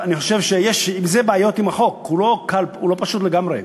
אני חושב שיש בעיות עם החוק, הוא לא פשוט לגמרי.